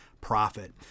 profit